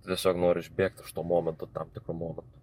tiesiog noriu išbėgt iš to momento tam tikru momentu